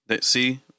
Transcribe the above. See